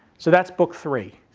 so that's book three.